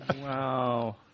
Wow